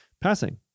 passing